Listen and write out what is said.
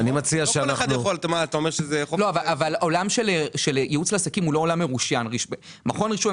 עולם של ייעוץ לעסקים הוא לא עולם של מכון רישוי.